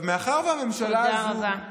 מאחר שהממשלה הזו, תודה רבה.